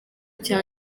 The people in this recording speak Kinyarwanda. cya